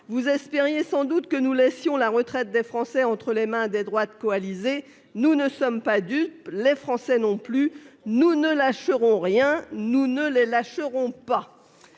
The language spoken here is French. Vous espériez sans doute que nous laisserions la retraite des Français entre les mains des droites coalisées. Nous ne sommes pas dupes, les Français non plus. Nous ne lâcherons rien, nous ne lâcherons pas